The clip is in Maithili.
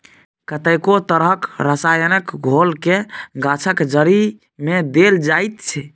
कतेको तरहक रसायनक घोलकेँ गाछक जड़िमे देल जाइत छै